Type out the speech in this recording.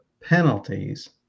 penalties